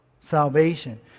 salvation